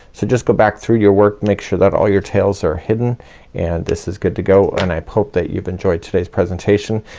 so just go back through your work, make sure that all your tails are hidden and this is good to go and i hope that you've enjoyed today's presentation.